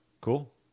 Cool